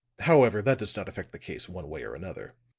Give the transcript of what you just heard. however, that does not affect the case one way or another.